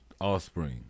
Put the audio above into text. offspring